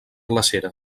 glacera